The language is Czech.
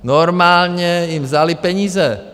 Normálně jim vzali peníze.